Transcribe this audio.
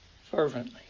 fervently